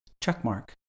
Checkmark